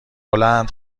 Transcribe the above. بلند